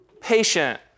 patient